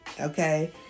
Okay